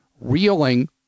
reeling